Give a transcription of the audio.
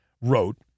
wrote